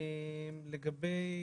לגבי